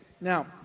Now